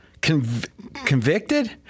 convicted